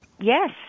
yes